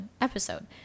episode